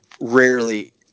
rarely